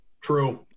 True